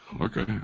Okay